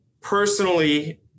personally